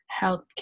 healthcare